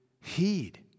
heed